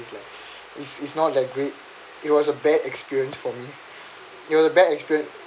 is like is is not that great it was a bad experience for me it was a bad experience